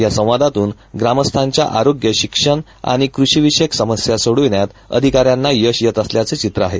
या संवादातून ग्रामस्थांच्या आरोग्य शिक्षण आणि कृषीविषयक समस्या सोडवण्यात अधिकाऱ्यांना यश येत असल्याचं चित्र आहे